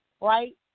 right